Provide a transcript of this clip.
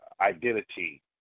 identity